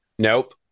Nope